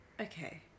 Okay